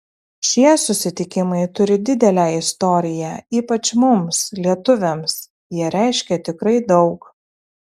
šie susitikimai turi didelę istoriją ypač mums lietuviams jie reiškia tikrai daug